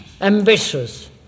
ambitious